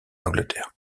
angleterre